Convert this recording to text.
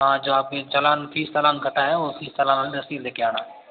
हाँ जो आपने चालान फीस चालान कटा है वो फीस चालान वाली रशीद ले के आना